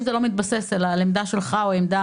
אם זה לא מתבסס על עמדה שלך בסדר.